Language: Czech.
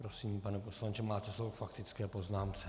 Prosím, pane poslanče, máte slovo k faktické poznámce.